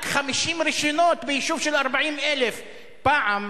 רק 50 רשיונות ביישוב של 40,000. פעם,